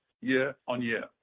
year-on-year